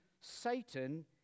Satan